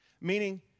meaning